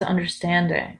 understanding